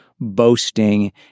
Boasting